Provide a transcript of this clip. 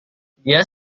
dia